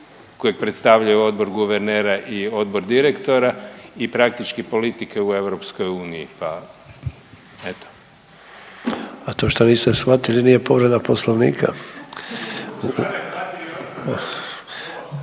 kojeg predstavljaju Odbor guvernera i Odbor direktora i praktički politike u EU, pa evo. **Sanader, Ante (HDZ)** A to šta niste shvatili nije povreda Poslovnika.